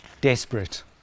desperate